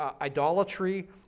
idolatry